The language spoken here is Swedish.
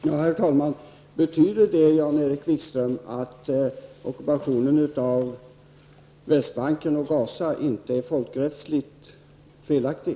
Herr talman! Betyder det, Jan-Erik Wikström, att ockupationen av Västbanken och Gaza inte är folkrättsligt felaktig?